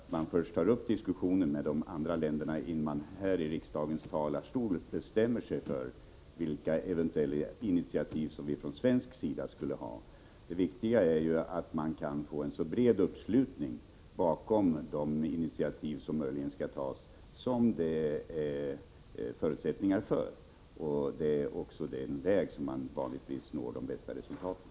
Herr talman! Det kan vara välbetänkt att man först tar upp diskussionen med de andra länderna, innan man här i kammarens talarstol bestämmer sig för vilka eventuella initiativ som vi från svensk sida skall ta. Det viktiga är ju att få en så bred uppslutning kring de initiativ som möjligen skall tas och som det finns förutsättningar för. Det är den vägen man vanligtvis når de bästa resultaten.